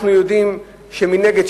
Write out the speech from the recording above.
אנחנו יודעים שמנגד,